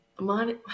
money